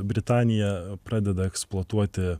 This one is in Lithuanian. tai britanija pradeda eksploatuoti